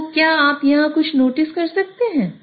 तो क्या आप यहाँ कुछ नोटिस कर सकते हैं